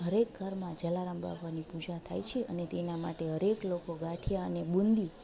હર એક ઘરમાં જલારામ બાપાની પૂજા થાય છે અને તેના માટે હર એક લોકો ગાંઠિયા અને બુંદી